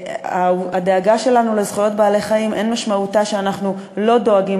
והדאגה שלנו לזכויות בעלי-חיים אין משמעותה שאנחנו לא דואגים